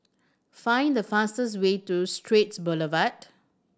find the fastest way to Straits Boulevard